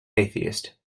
atheist